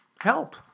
help